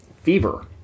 fever